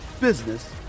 business